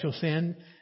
sin